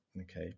okay